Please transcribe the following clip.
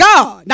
God